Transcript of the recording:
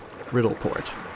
Riddleport